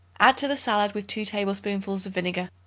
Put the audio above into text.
add to the salad with two tablespoonfuls of vinegar.